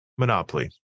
Monopoly